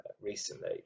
recently